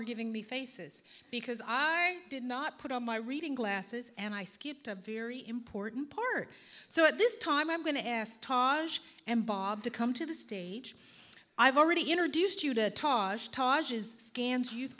are giving me faces because i did not put on my reading glasses and i skipped a very important part so at this time i'm going to ask and bob to come to the stage i've already introduced you to toss top scans